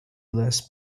last